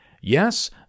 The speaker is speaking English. Yes